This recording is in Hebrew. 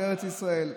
בארץ ישראל.